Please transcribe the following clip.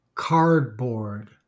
cardboard